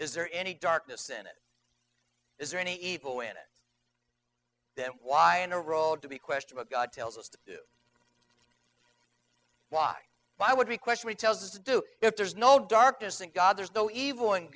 is there any darkness in it is there any evil in it then why in a role to be question what god tells us to do why why would we question he tells us to do if there is no darkness in god there is no evil